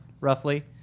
roughly